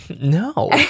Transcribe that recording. no